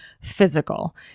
physical